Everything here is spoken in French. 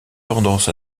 tendance